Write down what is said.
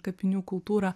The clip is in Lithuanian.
kapinių kultūrą